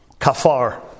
Kafar